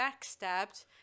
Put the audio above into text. backstabbed